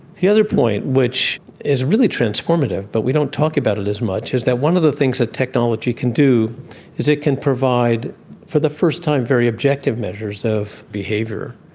the other point which is really transformative but we don't talk about it as much is that one of the things that technology can do is it can provide for the first time very objective measures of behaviour.